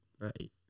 Right